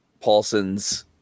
paulson's